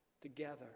together